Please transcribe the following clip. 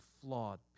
flawed